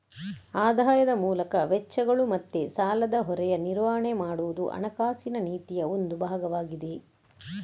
ಆದಾಯದ ಮೂಲಕ ವೆಚ್ಚಗಳು ಮತ್ತೆ ಸಾಲದ ಹೊರೆಯ ನಿರ್ವಹಣೆ ಮಾಡುದು ಹಣಕಾಸಿನ ನೀತಿಯ ಒಂದು ಭಾಗವಾಗಿದೆ